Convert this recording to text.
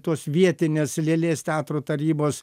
tos vietinės lėlės teatro tarybos